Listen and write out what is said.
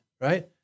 right